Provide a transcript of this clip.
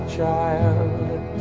child